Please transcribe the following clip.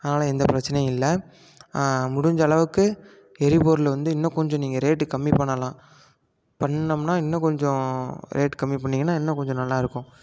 அதனால எந்த பிரச்சனையும் இல்லை முடிஞ்ச அளவுக்கு எரிபொருள் வந்து இன்னும் கொஞ்சம் நீங்கள் ரேட்டு கம்மி பண்ணலாம் பண்ணுனோம்னால் இன்னும் கொஞ்சம் ரேட்டு கம்மி பண்ணிங்கன்னால் இன்னும் கொஞ்சம் நல்லா இருக்கும்